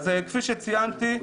אז כפי שציינתי,